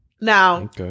Now